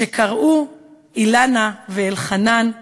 כשקראו "אילנה ואלחנן",